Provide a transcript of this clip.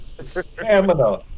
stamina